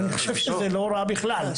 אני חושב שלא רע בכלל,